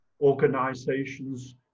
organizations